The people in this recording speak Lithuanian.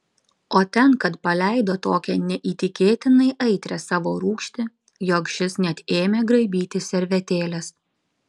o ten kad paleido tokią neįtikėtinai aitrią savo rūgštį jog šis net ėmė graibytis servetėlės